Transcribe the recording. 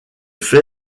fait